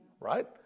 right